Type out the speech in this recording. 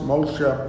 Moshe